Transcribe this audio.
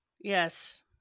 Yes